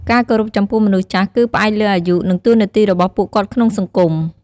ការគោរពចំពោះមនុស្សចាស់គឺផ្អែកលើអាយុ និងតួនាទីរបស់ពួកគាត់ក្នុងសង្គម។